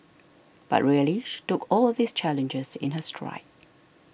but really she took all these challenges in her stride